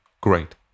Great